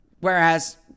Whereas